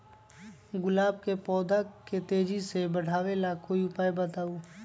गुलाब के पौधा के तेजी से बढ़ावे ला कोई उपाये बताउ?